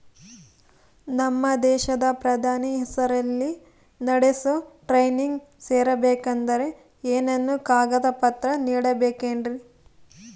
ನಮ್ಮ ದೇಶದ ಪ್ರಧಾನಿ ಹೆಸರಲ್ಲಿ ನಡೆಸೋ ಟ್ರೈನಿಂಗ್ ಸೇರಬೇಕಂದರೆ ಏನೇನು ಕಾಗದ ಪತ್ರ ನೇಡಬೇಕ್ರಿ?